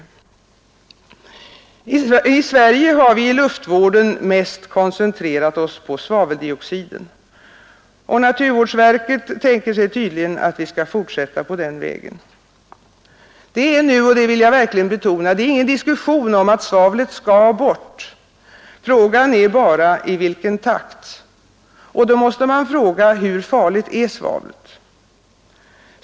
I Sverige har vi i luftvården mest koncentrerat oss på svaveldioxiden, och naturvårdsverket tänker sig tydligen att vi skall fortsätta på den vägen. Det är nu — och det vill jag verkligen betona — inte diskussion om att svavlet skall bort — frågan är bara i vilken takt. Och då måste man fråga: Hur farligt är svavlet?